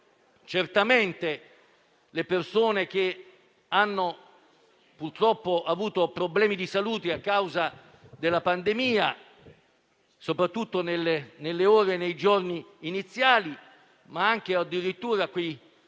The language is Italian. certamente le persone che hanno purtroppo avuto problemi di salute a causa della pandemia, soprattutto nelle ore e nei giorni iniziali, ma anche quelle